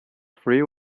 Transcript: free